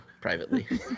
privately